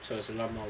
that's normal